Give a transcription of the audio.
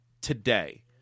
today